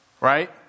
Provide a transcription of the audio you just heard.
right